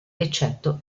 eccetto